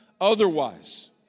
otherwise